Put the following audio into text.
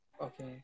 Okay